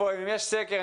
אם יש סקר,